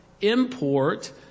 import